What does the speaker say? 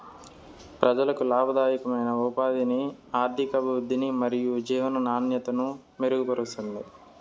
ప్రజలకు లాభదాయకమైన ఉపాధిని, ఆర్థికాభివృద్ధిని మరియు జీవన నాణ్యతను మెరుగుపరుస్తుంది